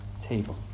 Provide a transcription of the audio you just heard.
table